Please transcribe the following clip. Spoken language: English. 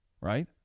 right